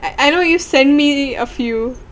I know you sent me a few